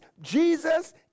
Jesus